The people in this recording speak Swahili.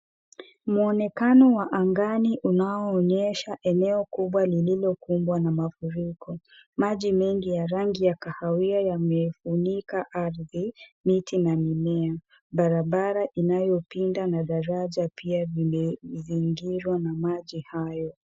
Muonekano wa angani unaoonyesha eneo kubwa lililokumbwa na mafuriko. Maji mengi ya rangi ya kahawia yamefunika ardhi, miti na mimea. Barabara inayopinda na daraja pia vimezingirwa na maji hayo.